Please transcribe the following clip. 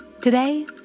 Today